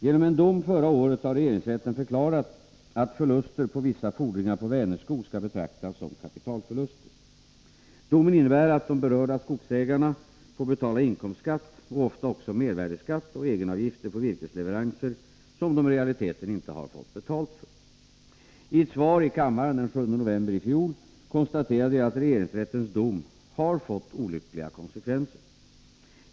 Genom en dom förra året har regeringsrätten förklarat att förluster på vissa fordringar på Vänerskog skall betraktas som kapitalförluster. Domen innebär att de berörda skogsägarna får betala inkomstskatt och ofta också mervärdeskatt och egenavgifter på virkesleveranser som de i realiteten inte fått betalt för. I ett svar i kammaren den 7 november förra året konstaterade jag att regeringsrättens dom fått olyckliga konsekvenser.